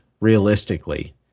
realistically